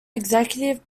executive